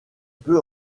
peut